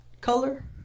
color